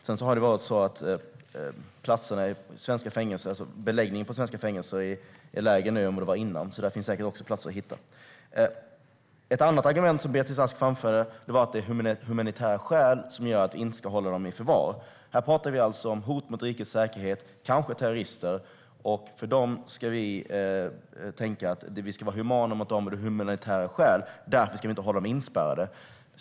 Sedan har det varit så att beläggningen på svenska fängelser är lägre nu än den har varit, så där finns säkert också platser att hitta. Ett annat argument Beatrice Ask framförde var att det är humanitära skäl som gör att vi inte ska hålla dessa personer i förvar. Här talar vi alltså om hot mot rikets säkerhet, kanske terrorister, och vi ska då tänka på att vara humana mot de personerna och av humanitära skäl inte hålla dem inspärrade.